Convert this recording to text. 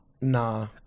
Nah